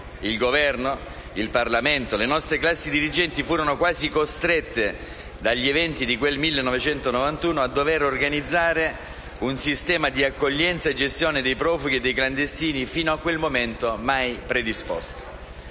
Il Governo, il Parlamento, le nostre classi dirigenti furono quasi costrette dagli eventi di quel 1991 a dover organizzare un sistema di accoglienza e gestione dei profughi e dei clandestini fino a quel momento mai predisposto.